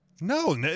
No